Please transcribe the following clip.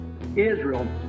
Israel